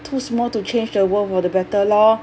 too small to change the world for the better lor